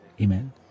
Amen